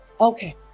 Okay